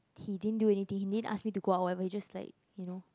he didn't do anything he didn't ask me to go out whatever he just like you know